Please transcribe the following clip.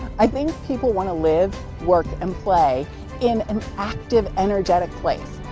i think people want to live, work and play in an active, energetic place!